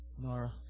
Nora